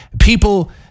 People